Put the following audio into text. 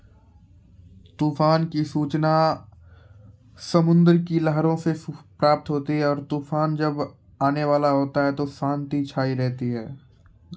तुफान की सुचना कैसे प्राप्त होता हैं?